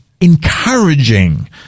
encouraging